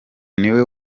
niwe